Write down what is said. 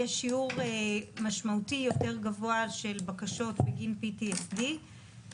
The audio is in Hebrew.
יש שיעור משמעותי יותר גבוה של בקשות בגין PTSD גם